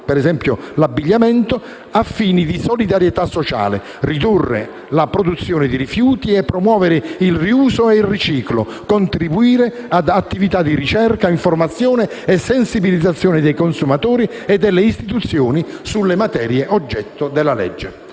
(ad esempio l'abbigliamento) a fini di solidarietà sociale; ridurre la produzione di rifiuti e promuovere il riuso e il riciclo, contribuire ad attività di ricerca, informazione e sensibilizzazione dei consumatori e delle istituzioni sulle materie oggetto della legge.